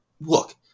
Look